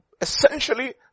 essentially